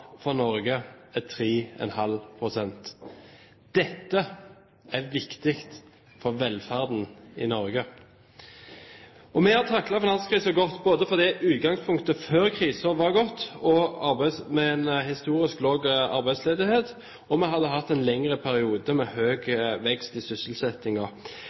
for Norge er 3,5 pst. Dette er viktig for velferden i Norge. Vi har taklet finanskrisen godt, både fordi utgangspunktet før krisen var godt, med en historisk lav arbeidsledighet, og fordi vi hadde hatt en lengre periode med høy vekst i